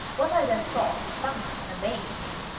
what i then saw confounded and amazed me.